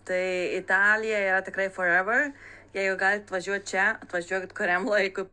tai italija yra tikrai for ever jeigu galit važiuot čia atvažiuokit kuriam laikui